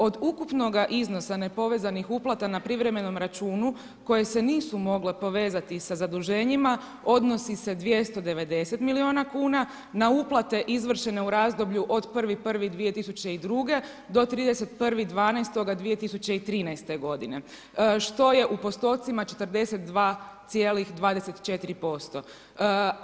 Od ukupnoga iznosa nepovezanih uplata na privremenom računu, koje se nisu mogle povezati sa zaduženjima odnosi se 290 milijuna kuna, na uplate izvršene u razdoblju od 1.1.2002, do 31.12.2013. g. Što je u postocima 42,24%